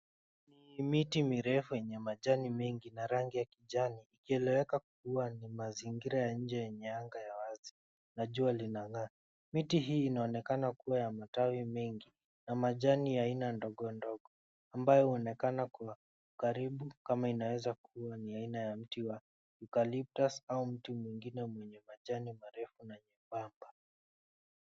Miti mirefu yenye majani mengi na rangi ya kijani ikieleweka kua ni mazingira ya nje yenye anga ya wazi na jua linangaa. Miti hii inaonekana kua na matawi wengi na majani aina ndogo ndogo ambayo huonekana kua karibu kama inaweza kua ni aina ya mti wa Eucaliptus au mti mwingine mwenye majani marefu na nyebamba.